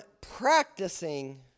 practicing